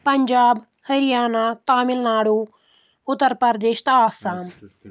پنجاب ہریانہ تامِل ناڈوٗ اُتر پردیش تہٕ آسام